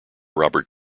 robert